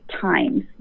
times